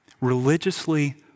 religiously